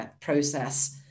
process